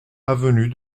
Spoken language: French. avenue